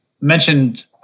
mentioned